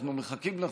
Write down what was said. אנחנו מחכים לכם.